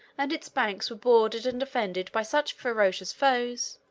and its banks were bordered and defended by such ferocious foes,